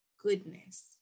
goodness